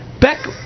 Beck